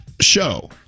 show